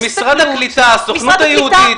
זה משרד הקליטה, הסוכנות היהודית.